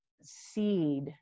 seed